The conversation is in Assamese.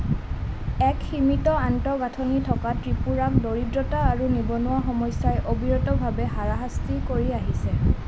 এক সীমিত আন্তঃগাঁথনি থকা ত্ৰিপুৰাক দৰিদ্ৰতা আৰু নিবনুৱা সমস্যাই অবিৰতভাৱে হাৰাশাস্তি কৰি আহিছে